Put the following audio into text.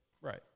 Right